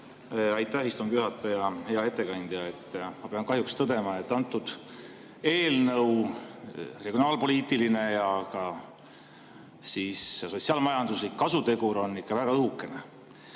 Aitäh, istungi juhataja! Hea ettekandja! Ma pean kahjuks tõdema, et selle eelnõu regionaalpoliitiline ja ka sotsiaal-majanduslik kasutegur on ikka väga õhukene.